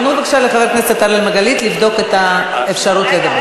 תנו בבקשה לחבר הכנסת אראל מרגלית לבדוק את האפשרות לדבר.